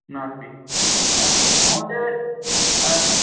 नास्ति महोदय